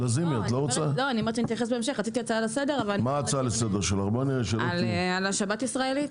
רציתי הצעה לסדר על השבת ישראלית.